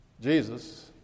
Jesus